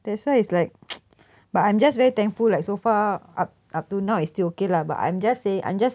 that's why it's like but I'm just very thankful like so far up up till now it's still okay lah but I'm just say I'm just